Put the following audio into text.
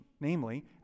Namely